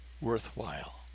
worthwhile